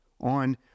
on